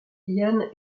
ian